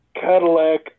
Cadillac